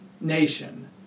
nation